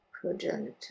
progenitor